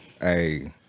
Hey